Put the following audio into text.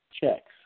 checks